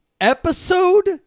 episode